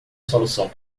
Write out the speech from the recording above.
solução